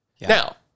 Now